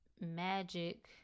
Magic